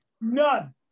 None